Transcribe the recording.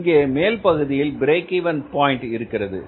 இங்கே மேல்பகுதியில் break even point இருக்கிறது